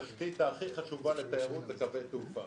התשתית הכי חשובה לתיירות זה קווי תעופה.